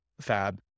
fab